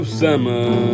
summer